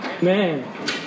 Man